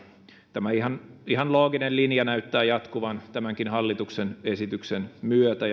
tämä ihan ihan looginen linja näyttää jatkuvan tämänkin hallituksen esityksen myötä